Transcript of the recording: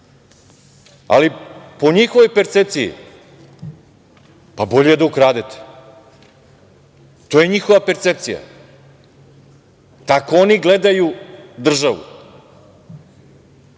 Ali, po njihovoj percepciji, bolje je da ukradete. To je njihova percepcija. Tako oni gledaju državu.Zašto